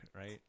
right